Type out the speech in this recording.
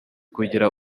kugira